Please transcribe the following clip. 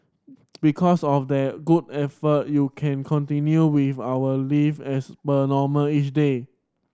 because of their good effort you can continue with our live as per normal each day